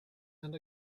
and